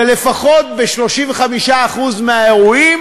ולפחות ב-35% מהאירועים